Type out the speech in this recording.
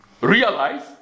Realize